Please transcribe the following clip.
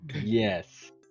Yes